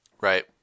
Right